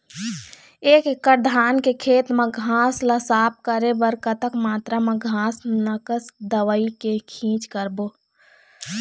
एक एकड़ धान के खेत मा घास ला साफ करे बर कतक मात्रा मा घास नासक दवई के छींचे करबो?